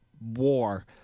war